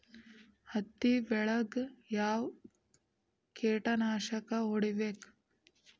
ಹತ್ತಿ ಬೆಳೇಗ್ ಯಾವ್ ಕೇಟನಾಶಕ ಹೋಡಿಬೇಕು?